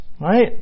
Right